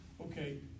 okay